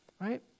right